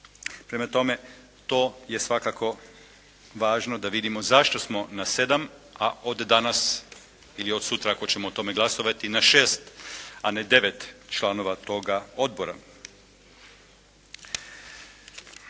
Prema tome, to je svakako važno da vidimo zašto smo na sedam, a od danas ili od sutra ako ćemo o tome glasovati na šest a ne devet članova toga odbora.